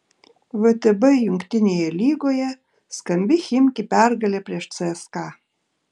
vtb jungtinėje lygoje skambi chimki pergalė prieš cska